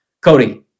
Cody